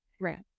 right